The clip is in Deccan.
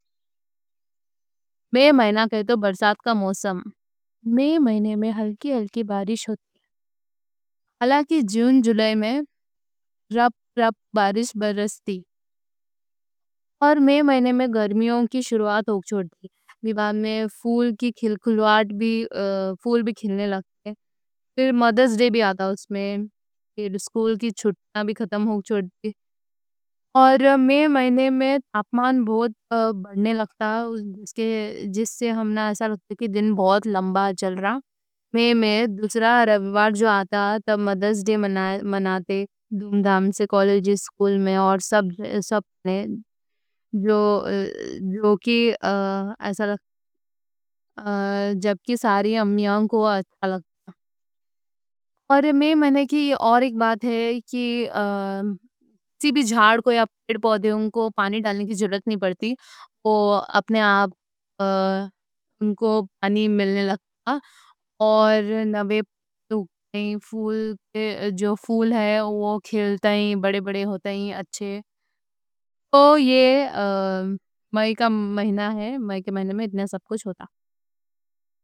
مئی مہینے کہتے برسات کا موسم، مئی مہینے میں ہلکی ہلکی بارش ہوتی ہے حالانکہ جون جولائی میں رپ رپ بارش برستی اور مئی مہینے میں گرمیوں کی شروعات ہو جاتی ہے، کلیاں بھی، پھول بھی کھلنے لگتے ہیں پھر مدرز ڈے بھی آتا ہے، اس میں پھر اسکول کی چھٹیاں بھی ختم ہو جاتی ہے اور مئی مہینے میں تاپمان بہت بڑھنے لگتا ہے جس سے ہمنا ایسا لگتا کہ دن بہت لمبا چل رہتا مئی میں دوسرا رویوار جو آتا تب مدرز ڈے مناتے ہیں دھوم دھام سے، کالج اسکول میں اور سب نے جو کی ایسا لگتا ہے جبکہ ساری امیاں کو اچھا لگتا اور مئی مہینے کی اور ایک بات ہے کہ کسی بھی جھاڑ کو یا پیڑ پودے ان کو پانی ڈالنے کی جرأت نہیں پڑتی، اپنے آپ ان کو پانی ملنے لگتا ہے اور نئے پھول ہے وہ کھلتا ہے، بڑے بڑے ہوتا ہے، اچھے تو یہ مئی کا مہینہ ہے، مئی کے مہینے میں اتنے سب کچھ ہوتا ہے